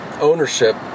ownership